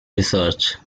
research